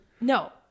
No